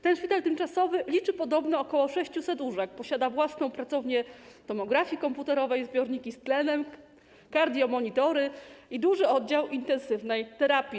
Ten szpital tymczasowy liczy podobno ok. 600 łóżek, posiada własną pracownię tomografii komputerowej, zbiorniki z tlenem, kardiomonitory i duży oddział intensywnej terapii.